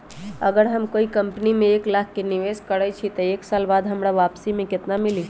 अगर हम कोई कंपनी में एक लाख के निवेस करईछी त एक साल बाद हमरा वापसी में केतना मिली?